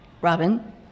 Robin